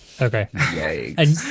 Okay